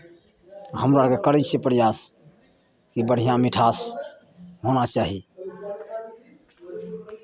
हमरा आरके करै छियै प्रयास कि बढ़िआँ मिठास होना चाही